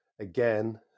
Again